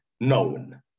known